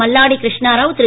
Malladi Krishnarao Thiru